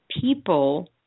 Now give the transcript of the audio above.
people